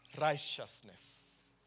righteousness